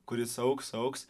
kuris augs augs